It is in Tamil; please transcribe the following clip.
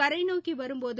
கரைநோக்கிவரும் போது